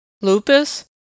Lupus